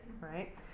right